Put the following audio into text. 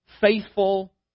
faithful